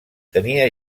tenia